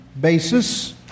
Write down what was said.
basis